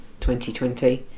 2020